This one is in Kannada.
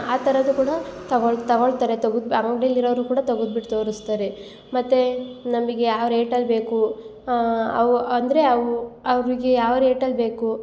ಆ ಥರದ್ದು ಕೂಡ ತಗೊಳ್ ತಗೊಳ್ತಾರೆ ತಗದು ಆ ಅಂಗ್ಡಿಲಿ ಇರೋರು ಕೂಡ ತಗದು ಬಿಟ್ಟು ತೋರಿಸ್ತಾರೆ ಮತ್ತು ನಮಗೆ ಯಾವ ರೇಟಲ್ಲಿ ಬೇಕು ಅವ ಅಂದರೆ ಅವು ಅವರಿಗೆ ಯಾವ ರೇಟಲ್ಲಿ ಬೇಕು